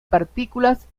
partículas